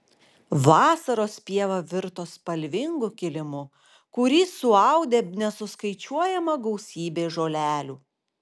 vasaros pieva virto spalvingu kilimu kurį suaudė nesuskaičiuojama gausybė žolelių